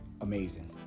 Amazing